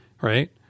right